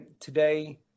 today